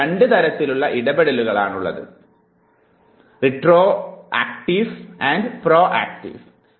രണ്ടു തരത്തിലുള്ള ഇടപെടലുകളാണുള്ളത് റെട്രോക്റ്റീവോ പ്രോക്റ്റീവോ ആകാം